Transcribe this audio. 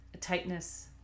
tightness